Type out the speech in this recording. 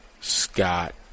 Scott